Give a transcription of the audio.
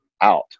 out